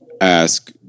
ask